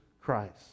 Christ